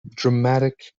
dramatic